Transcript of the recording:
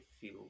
feel